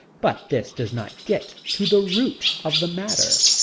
but this does not get to the root of the matter.